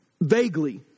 vaguely